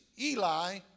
Eli